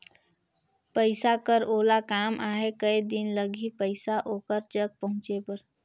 पइसा कर ओला काम आहे कये दिन लगही पइसा ओकर जग पहुंचे बर?